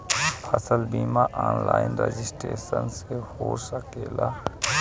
फसल बिमा online registration हो सकेला?